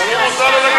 אתה מפריע לי.